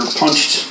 punched